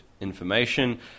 information